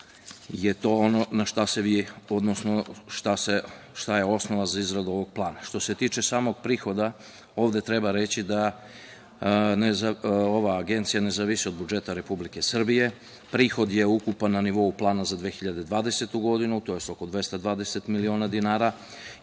tako da je to ono što je osnova za izradu ovog plana. Što se tiče samog prihoda, ovde treba reći da ova agencija ne zavisi od budžeta Republike Srbije. Prihod je ukupan na nivou plana za 2020. godinu, tj. oko 220 miliona dinara